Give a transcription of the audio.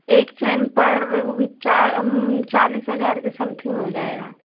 एक चैन पर चालीस हज़ार के सम्थिंग मिल जाएगा